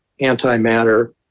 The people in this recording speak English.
antimatter